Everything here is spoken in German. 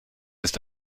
ist